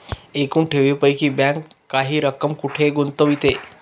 एकूण ठेवींपैकी बँक काही रक्कम कुठे गुंतविते?